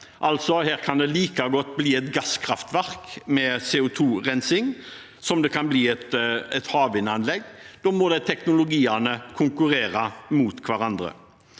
her kan det like godt bli et gasskraftverk med CO2-rensing som et havvindanlegg, og da må de teknologiene konkurrere mot hverandre.